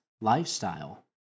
lifestyle